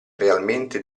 realmente